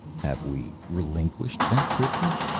have we relinquished that privilege?